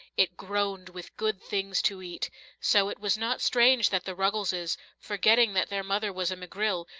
it groaned with good things to eat so it was not strange that the ruggleses, forgetting that their mother was a mcgrill,